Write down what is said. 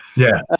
yeah,